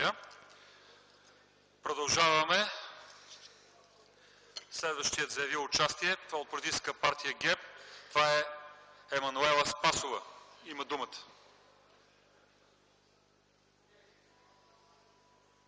Продължаваме със следващия заявил участие от Политическа партия ГЕРБ. Това е Емануела Спасова. Имате думата.